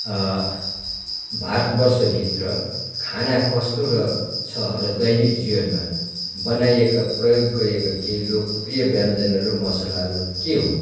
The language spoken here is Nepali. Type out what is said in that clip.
भारतवर्षभित्र खाना कस्तो र छ र दैनिक जीवनमा बनाइएका प्रयोग गरिएका केही लोकप्रिय व्यञ्जनहरू मसलाहरू के हुन्